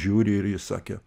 žiūri ir jis sakė